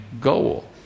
goal